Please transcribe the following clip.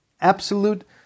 absolute